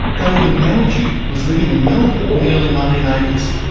david menadue was living in melbourne in the early nineteen eighty s.